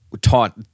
taught